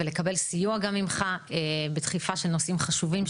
ולקבל גם סיוע ממך בדחיפה של נושאים חשובים,